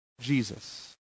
jesus